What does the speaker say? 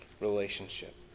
relationship